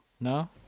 no